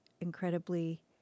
incredibly